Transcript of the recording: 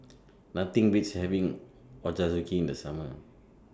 Nothing Beats having Ochazuke in The Summer